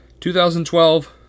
2012